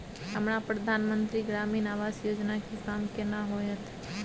हमरा प्रधानमंत्री ग्रामीण आवास योजना के काम केना होतय?